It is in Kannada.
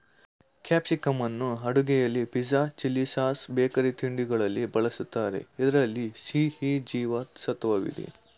ಕ್ಯಾಪ್ಸಿಕಂನ್ನು ಅಡುಗೆಯಲ್ಲಿ ಪಿಜ್ಜಾ, ಚಿಲ್ಲಿಸಾಸ್, ಬೇಕರಿ ತಿಂಡಿಗಳಲ್ಲಿ ಬಳ್ಸತ್ತರೆ ಇದ್ರಲ್ಲಿ ಸಿ, ಇ ಜೀವ ಸತ್ವವಿದೆ